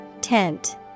Tent